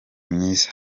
myiza